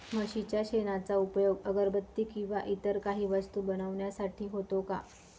म्हशीच्या शेणाचा उपयोग अगरबत्ती किंवा इतर काही वस्तू बनविण्यासाठी होतो का?